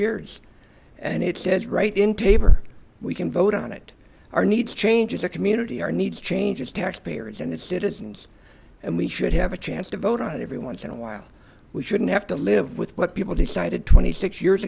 years and it says right in paper we can vote on it our needs changes our community our needs change as taxpayers and its citizens and we should have a chance to vote on it every once in a while we shouldn't have to live with what people decided twenty six years